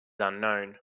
unknown